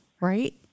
right